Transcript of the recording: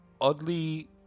oddly